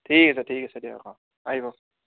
ঠিক আছে ঠিক আছে দিয়া ৰাখা আহিবা